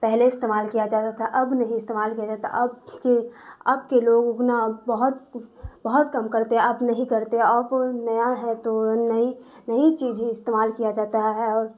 پہلے استعمال کیا جاتا تھا اب نہیں استعمال کیا جاتا اب کے اب کے لوگ اتنا بہت بہت کم کرتے اب نہیں کرتے اب نیا ہے تو نئی نئی چیز استعمال کیا جاتا ہے اور